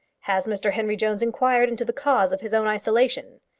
has mr henry jones inquired into the cause of his own isolation?